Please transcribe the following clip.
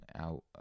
out